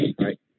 right